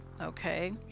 Okay